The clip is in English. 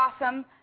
awesome